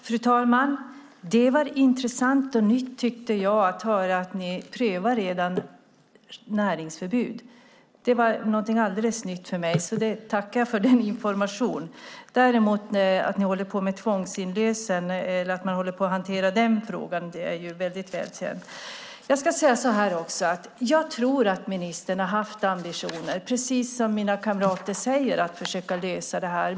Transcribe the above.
Fru talman! Det var intressant och nytt att höra att ni redan prövar näringsförbud. Det var någonting alldeles nytt för mig, så jag tackar för den informationen. Däremot är det väl känt att man håller på att hantera frågan om tvångsinlösen. Jag tror att ministern har haft ambitioner, precis som mina kamrater säger, att försöka lösa det här.